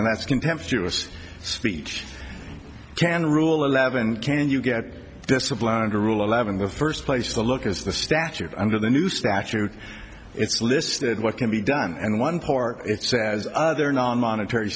and that's contemptuous speech can rule eleven can you get disciplined under rule eleven the first place to look is the statute under the new statute it's listed what can be done and one part it says other non monetary